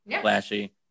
flashy